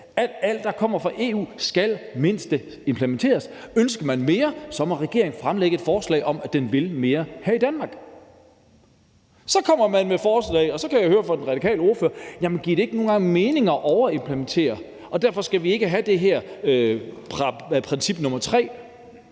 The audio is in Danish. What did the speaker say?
at alt, der kommer fra EU skal minimumsimplementeres. Ønsker man mere, må regeringen fremsætte et forslag om, at den vil mere her i Danmark. Så kommer man med det her forslag, og så kan jeg høre den radikale ordfører spørge: Giver det ikke nogle gange mening at overimplementere, hvorfor vi ikke skal have det her princip nummer tre?